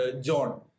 John